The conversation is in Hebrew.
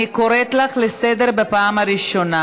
אני קוראת אותך לסדר בפעם הראשונה.